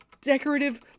decorative